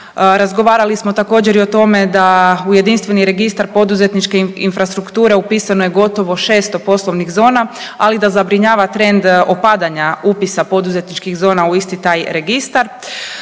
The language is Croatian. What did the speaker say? Razgovarali smo također i o tome da u jedinstveni registar poduzetničke infrastrukture upisano je gotovo 600 poslovnih zona, ali da zabrinjava trend opadanja upisa poduzetničkih zona u isti taj registar.